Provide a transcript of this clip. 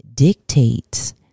dictates